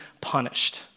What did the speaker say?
punished